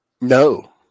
No